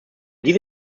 diese